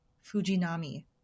Fujinami